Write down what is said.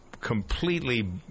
completely